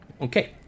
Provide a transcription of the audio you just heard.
Okay